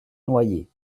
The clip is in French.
noyés